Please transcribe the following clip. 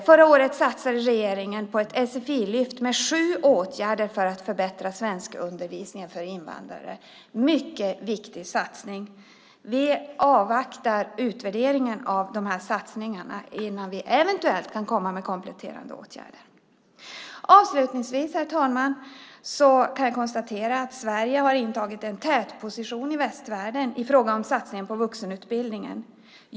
Förra året satsade regeringen på ett sfi-lyft med sju åtgärder för att förbättra svenskundervisningen för invandrare, en mycket viktig satsning. Vi avvaktar utvärderingen av de här satsningarna innan vi eventuellt kan komma med kompletterande åtgärder. Avslutningsvis, herr talman, kan jag konstatera att Sverige har intagit en tätposition i västvärlden i fråga om satsningen på vuxenutbildningen.